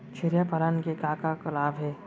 छेरिया पालन के का का लाभ हे?